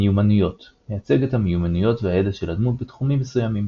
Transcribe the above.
מיומנויות – מייצג את המיומנויות והידע של הדמות בתחומים מסוימים,